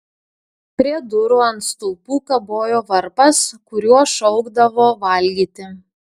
prie durų ant stulpų kabojo varpas kuriuo šaukdavo valgyti